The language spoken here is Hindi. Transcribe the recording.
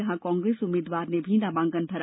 यहां कांग्रेस उम्मीद्वार ने भी नामांकन भरा